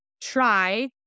try